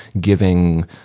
giving